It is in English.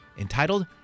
entitled